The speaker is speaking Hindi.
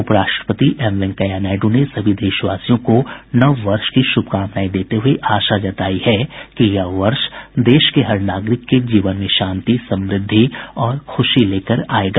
उप राष्ट्रपति एम वेंकैया नायडू ने सभी देशवासियों को नव वर्ष की शुभकामनाएं देते हुए आशा जताई है कि यह वर्ष देश के हर नागरिक के जीवन में शांति समृद्धि और ख़ुशी लेकर आयेगा